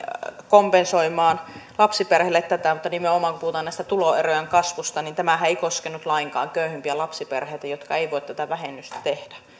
kompensoimaan lapsiperheille tätä mutta nimenomaan kun puhutaan tuloerojen kasvusta niin tämähän ei koskenut lainkaan köyhimpiä lapsiperheitä jotka eivät voi tätä vähennystä tehdä